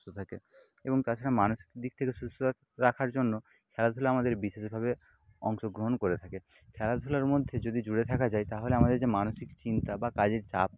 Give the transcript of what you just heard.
সুস্থ থাকে এবং তাছাড়া মানসিক দিক থেকে সুস্থ রাখার জন্য খেলাধুলা আমাদের বিশেষভাবে অংশগ্রহণ করে থাকে খেলাধুলার মধ্যে যদি জুড়ে থাকা যায় তাহলে আমাদের যে মানসিক চিন্তা বা কাজের চাপ